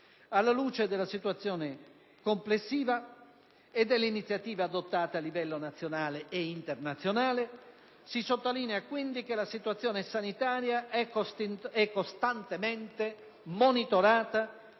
Alla luce della situazione complessiva e delle iniziative adottate a livello nazionale e internazionale, si sottolinea quindi che la situazione sanitaria è costantemente monitorata